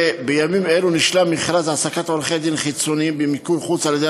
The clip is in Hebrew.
בימים אלה נשלם מכרז העסקת עורכי-דין חיצוניים במיקור חוץ על-ידי